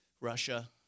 Russia